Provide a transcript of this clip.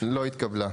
0 ההסתייגות לא התקבלה.